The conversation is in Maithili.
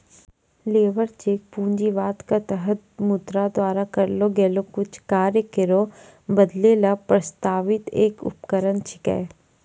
लेबर चेक पूंजीवाद क तहत मुद्रा द्वारा करलो गेलो कुछ कार्य केरो बदलै ल प्रस्तावित एक उपकरण छिकै